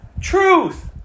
Truth